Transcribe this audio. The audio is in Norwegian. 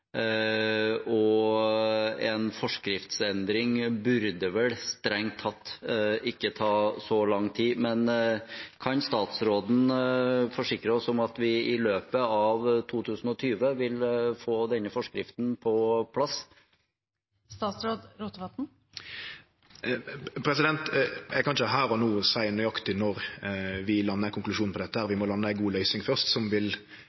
forskriftsendring burde vel strengt tatt ikke ta så lang tid. Kan statsråden forsikre oss om at vi i løpet av 2020 vil få denne forskriften på plass? Eg kan ikkje her og no seie nøyaktig når vi landar ein konklusjon på dette. Vi må lande ei god løysing først som vil